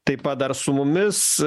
taip pat dar su mumis